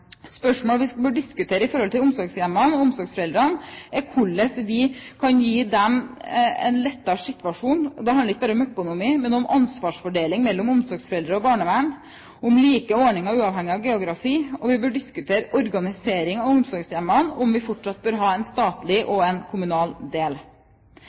omsorgsforeldrene, er hvordan vi kan gi dem en lettere situasjon. Da handler det ikke bare om økonomi, men om ansvarsfordeling mellom omsorgsforeldre og barnevern, om like ordninger uavhengig av geografi, og vi bør diskutere organisering av omsorgshjemmene og om vi fortsatt bør ha en statlig og en kommunal del.